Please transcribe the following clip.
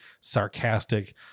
sarcastic